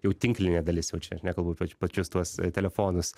jau tinklinė dalis jau čia aš nekalbu apie pačius tuos telefonus